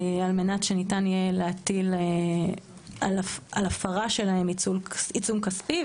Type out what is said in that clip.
על מנת שניתן יהיה להטיל על הפרה שלהם עיצום כספי.